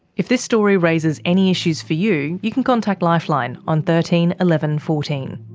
if this story raises any issues for you, you can contact lifeline on thirteen eleven fourteen.